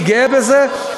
אני גאה בזה.